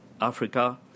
Africa